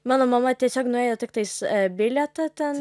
mano mama tiesiog nuėjo tiktais bilietą ten